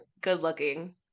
good-looking